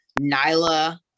Nyla